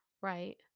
right